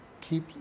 Keep